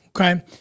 Okay